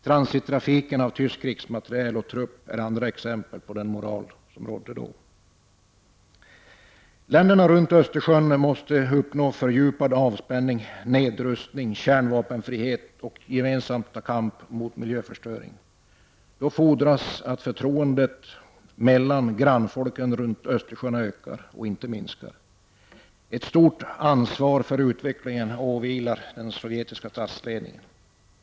Transittrafiken med tysk krigsmateriel och trupp är andra exempel på den moral som då rådde. Länderna runt Östersjön måste uppnå fördjupad avspänning, nedrust ning, kärnvapenfrihet och gemensamt ta kamp mot miljöförstöring. Då fordras att förtroendet mellan grannfolken runt Östersjön ökar och inte minskar. Ett stort ansvar för utvecklingen åvilar den sovjetiska statsledningen.